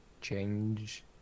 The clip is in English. change